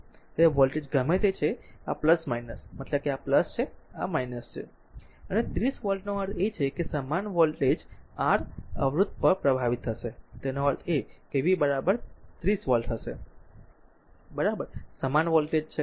તેથી આ વોલ્ટેજ ગમે તે છે મતલબ કે આ પણ છે આ 30 વોલ્ટનો અર્થ એ છે કે સમાન વોલ્ટેજ આ r અવરોધ પર પ્રભાવિત થશે તેનો અર્થ એ કે v r 30 વોલ્ટ હશે બરાબર સમાન વોલ્ટેજ છે